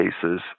cases